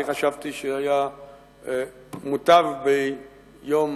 חשבתי שהיה מוטב, ביום